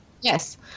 yes